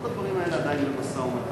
כל הדברים האלה עדיין במשא-ומתן.